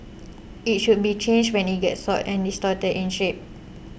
it should be changed when it gets soiled or distorted in shape